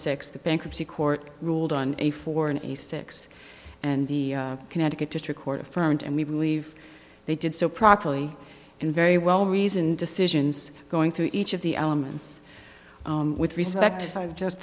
six the bankruptcy court ruled on a four and a six and the connecticut district court affirmed and we believe they did so properly and very well reasoned decisions going through each of the elements with respect to five just